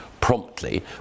promptly